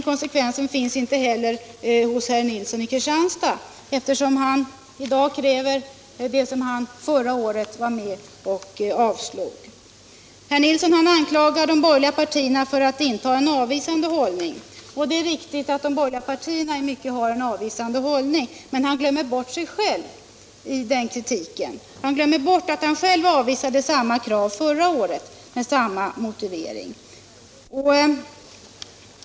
Konsekvens finns inte heller hos herr Nilsson i Kristianstad, eftersom han i dag kräver det som han förra året var med och avslog. Herr Nilsson anklagar de borgerliga partierna för att de intar en avvisande hållning. Det är riktigt att de borgerliga partierna i mycket har en avvisande hållning, men herr Nilsson glömmer bort sig själv i den kritiken. Han glömmer bort att han själv avvisade samma krav förra året med samma motivering.